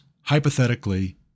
hypothetically